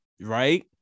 Right